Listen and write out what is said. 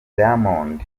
diamond